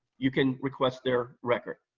you can request their record.